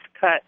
cut